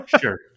Sure